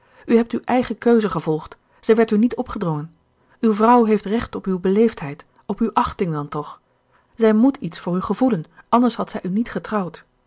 u hebt uwe eigen keuze gevolgd zij werd u niet opgedrongen uwe vrouw heeft recht op uwe beleefdheid op uwe achting dan toch zij moet iets voor u gevoelen anders had zij u niet getrouwd